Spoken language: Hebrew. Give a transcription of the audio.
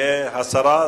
הסרה.